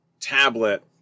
tablet